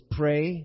pray